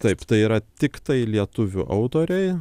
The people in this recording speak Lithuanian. taip tai yra tiktai lietuvių autoriai